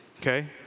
okay